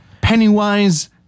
Pennywise